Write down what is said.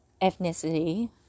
ethnicity